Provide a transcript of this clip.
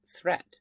threat